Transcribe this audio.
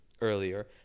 Earlier